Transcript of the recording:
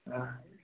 ആ